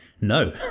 no